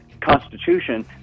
Constitution